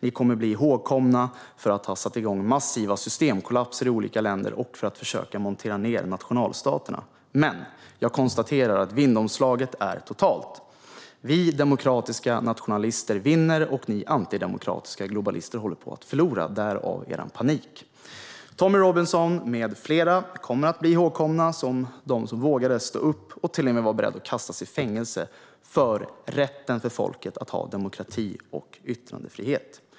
Ni kommer att bli ihågkomna för att ha satt igång massiva systemkollapser i olika länder och för att ha försökt montera ned nationalstaterna. Men jag konstaterar att vindomslaget är totalt. Vi demokratiska nationalister vinner, och ni antidemokratiska globalister håller på att förlora - därav er panik. Tommy Robinson med flera kommer att bli ihågkomna som de som vågade stå upp och till och med var beredda att kastas i fängelse för rätten för folket till demokrati och yttrandefrihet.